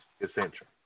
essential